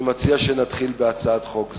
אני מציע שנתחיל בהצעת חוק זו,